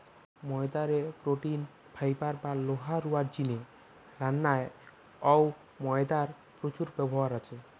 ময়দা রে protein, fibre বা লোহা রুয়ার জিনে রান্নায় অউ ময়দার প্রচুর ব্যবহার আছে